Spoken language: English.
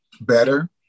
better